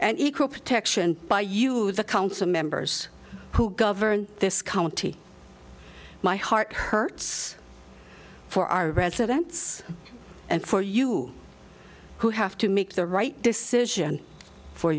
and equal protection by you the council members who govern this county my heart hurts for our residents and for you who have to make the right decision for